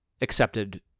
accepted